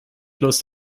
lust